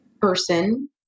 person